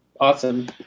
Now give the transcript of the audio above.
Awesome